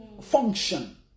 function